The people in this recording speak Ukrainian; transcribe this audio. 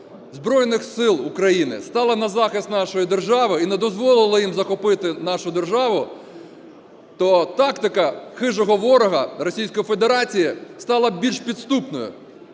Збройних Сил України стали на захист нашої держави і не дозволили їм захопити нашу державу, то тактика хижого ворога – Російської Федерації стала більш підступною,